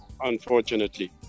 unfortunately